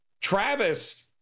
Travis